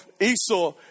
Esau